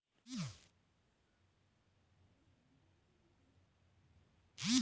बचत खाते पगाराच्या खात्यात रूपांतरित करण्यासाठी बँकेत अर्ज करावा लागतो